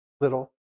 little